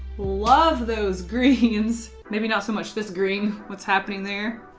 love those greens. maybe not so much this green. what's happening there?